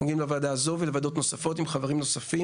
אנחנו אומרים את זה לוועדה הזאת ולוועדות אחרות עם חברים נוספים,